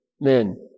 men